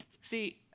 See